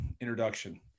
introduction